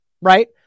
right